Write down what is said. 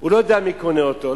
הוא לא יודע מי קונה אותו,